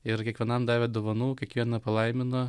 ir kiekvienam davė dovanų kiekvieną palaimino